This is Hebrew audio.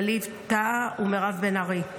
ווליד טאהא ומירב בן ארי.